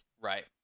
Right